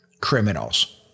criminals